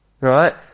Right